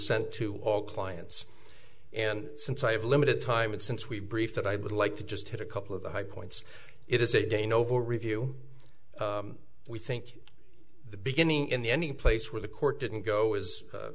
sent to all clients and since i have limited time and since we brief that i would like to just hit a couple of the high points it is a day novo review we think the beginning in the ending place where the court didn't go as